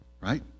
right